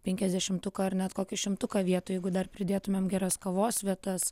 penkiasdešimtuką ar net kokį šimtuką vietų jeigu dar pridėtumėm geras kavos vietas